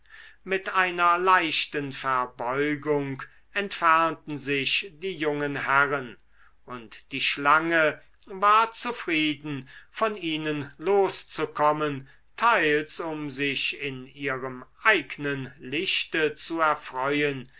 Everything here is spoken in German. mit einer leichten verbeugung entfernten sich die jungen herren und die schlange war zufrieden von ihnen loszukommen teils um sich in ihrem eignen lichte zu erfreuen